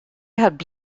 had